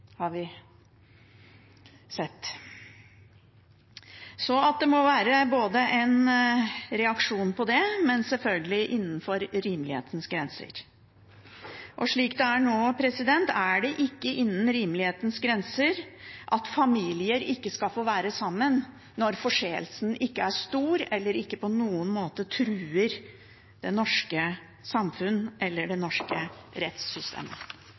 har vi sett. Det må være en reaksjon på det, men selvfølgelig innenfor rimelighetens grenser. Slik det er nå, er det ikke innen rimelighetens grenser at familier ikke skal få være sammen når forseelsen ikke er stor eller ikke på noen måte truer det norske samfunn eller det norske rettssystemet.